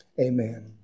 Amen